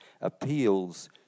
appeals